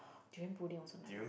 durian pudding also nice